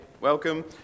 welcome